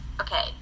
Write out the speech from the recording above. okay